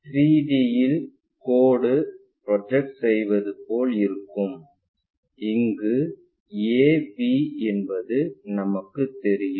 3 D இல் code project செய்வது போல் இருக்கும் இங்கு AB என்பது நமக்குத் தெரியும்